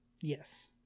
Yes